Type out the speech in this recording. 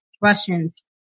Russians